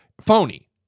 phony